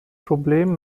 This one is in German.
problem